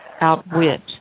Outwit